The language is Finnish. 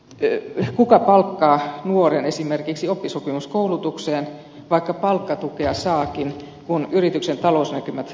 kuka palkkaa nuoren esimerkiksi oppisopimuskoulutukseen vaikka palkkatukea saakin kun yrityksen talousnäkymät saattavat heiketä